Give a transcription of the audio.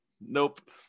Nope